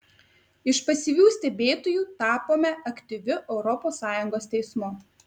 iš pasyvių stebėtojų tapome aktyviu europos sąjungos teismu